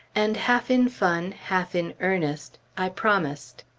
and half in fun, half in earnest, i promised.